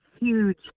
huge